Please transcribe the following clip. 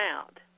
out